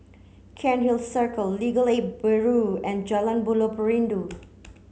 Cairnhill Circle Legal Aid Bureau and Jalan Buloh Perindu